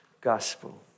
gospel